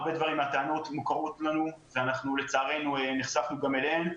הרבה מהטענות מוכרות לנו ולצערנו נחשפנו גם אליהן.